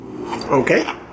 Okay